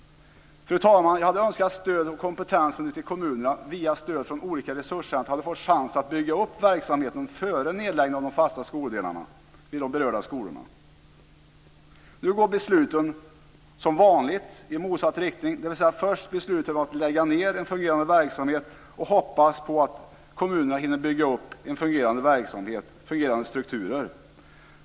Fru talman! Jag hade önskat att stödet och kompetensen ute i kommunerna via stöd från olika resurscenter hade fått chansen att bygga upp verksamheten före nedläggningen av de fasta skoldelarna vid de berörda skolorna. Nu går besluten som vanligt i motsatt riktning. Först beslutar man att lägga ned en fungerande verksamhet och hoppas på att kommunen hinner bygga upp fungerande strukturer.